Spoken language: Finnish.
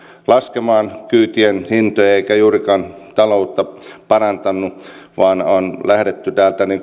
laskemaan kyytien hintoja eikä juurikaan ta loutta parantanut vaan on lähdetty